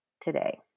today